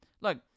look